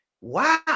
wow